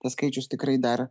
tas skaičius tikrai dar